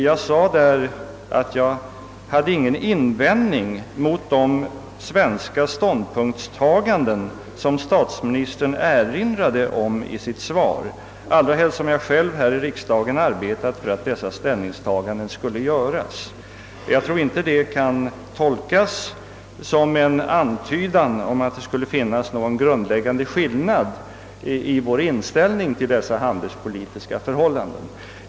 Jag sade att jag inte hade någon invändning mot de svenska ståndpunktstaganden som statsministern erinrade om i sitt svar, allra helst som jag själv här i riksdagen arbetat för dessa ställningstaganden. Jag tror inte detta kan tolkas som en antydan om att det skulle finnas någon grundläggande skillnad i vår inställning till dessa handelspolitiska förhållanden.